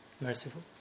merciful